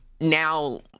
now